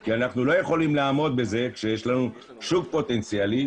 כי אנחנו לא יכולים לעמוד בזה כשיש לנו שוק פוטנציאלי.